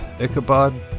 Ichabod